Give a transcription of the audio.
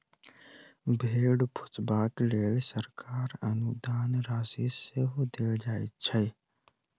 भेंड़ पोसबाक लेल सरकार अनुदान राशि सेहो देल जाइत छै